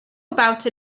about